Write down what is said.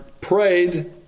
prayed